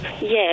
Yes